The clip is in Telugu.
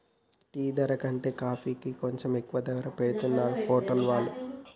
టీ ధర కంటే కాఫీకి కొంచెం ఎక్కువ ధర పెట్టుతున్నరు హోటల్ వాళ్ళు